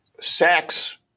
Sex